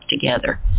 together